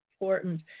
important